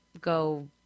go